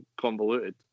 convoluted